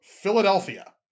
Philadelphia